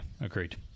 agreed